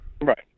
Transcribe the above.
Right